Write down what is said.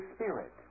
Spirit